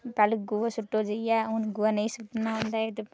पै्हंले गोहा सु'ट्टना पौंदा हा गोहा सु'ट्टो जाइयै हून नेईं सु'ट्टना होंदा